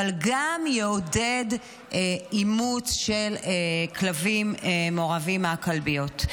גם יעודד אימוץ של כלבים מעורבים מהכלביות.